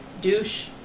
Douche